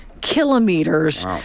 kilometers